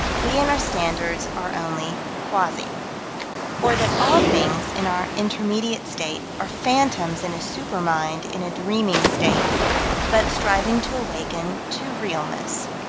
we and our standards are only quasi or that all things in our intermediate state are phantoms in a super-mind in a dreaming state but striving to awaken to realness.